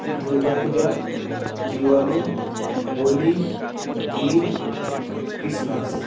Durga Puja Diwali Holi Eid Christmas